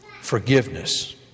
forgiveness